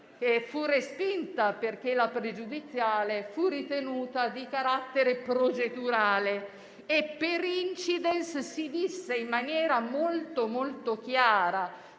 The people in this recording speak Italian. la pregiudiziale fu ritenuta di carattere procedurale e, *per incidens*, si disse in maniera davvero molto chiara